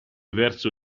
verso